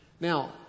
Now